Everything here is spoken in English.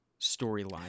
storyline